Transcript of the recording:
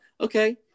Okay